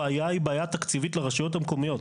הבעיה היא בעיה תקציבית לרשויות המקומיות.